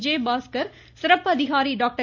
விஜயபாஸ்கர் சிறப்பு அதிகாரி டாக்டர்